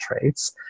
traits